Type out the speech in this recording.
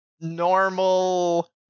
normal